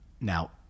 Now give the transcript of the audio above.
Now